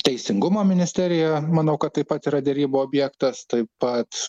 teisingumo ministerija manau kad taip pat yra derybų objektas taip pat